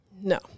No